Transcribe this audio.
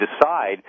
decide